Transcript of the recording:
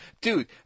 Dude